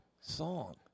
song